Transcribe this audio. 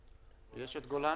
הכנסת.